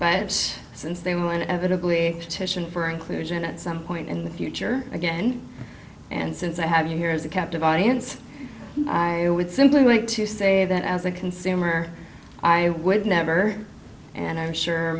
but since they want evidently titian for inclusion at some point in the future again and since i have you here as a captive audience i would simply like to say that as a consumer i would never and i'm sure